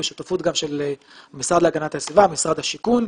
בשותפות גם של המשרד להגנת הסביבה ומשרד השיכון,